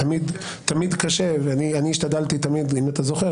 תמיד השתדלתי - אם אתה זוכר,